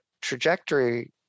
trajectory